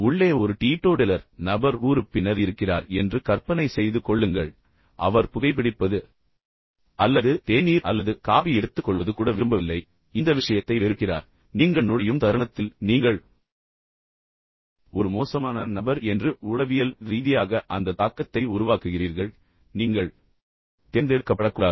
உள்ளே ஒரு டீட்டோடேலர் நபர் உறுப்பினர் இருக்கிறார் என்று கற்பனை செய்து கொள்ளுங்கள் அவர் புகைபிடிப்பது அல்லது தேநீர் அல்லது காபி எடுத்துக்கொள்வது கூட விரும்பவில்லை இந்த விஷயத்தை வெறுக்கிறார் எனவே நீங்கள் நுழையும் தருணத்தில் நீங்கள் ஒரு மோசமான நபர் என்று உளவியல் ரீதியாக அந்த தாக்கத்தை உருவாக்குகிறீர்கள் நீங்கள் தேர்ந்தெடுக்கப்படக்கூடாது